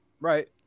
Right